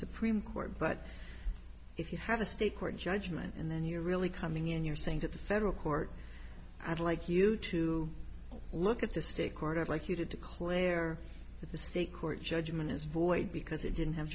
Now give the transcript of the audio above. supreme court but if you have a state court judgment and then you're really coming in you're saying to the federal court i'd like you to look at the state court i'd like you to declare that the state court judgment is void because it didn't have